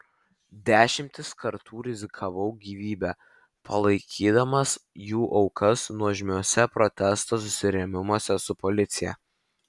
dešimtis kartų rizikavau gyvybe palaikydamas jų aukas nuožmiuose protesto susirėmimuose su policija